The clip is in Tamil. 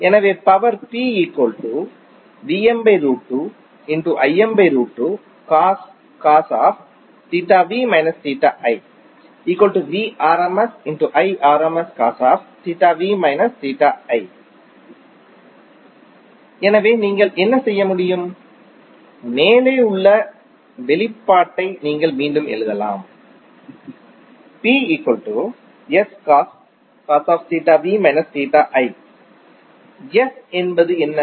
எனவே பவர் எனவே நீங்கள் என்ன செய்ய முடியும் மேலே உள்ள வெளிப்பாட்டை நீங்கள் மீண்டும் எழுதலாம் S என்றால் என்ன